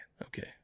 Okay